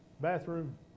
bathroom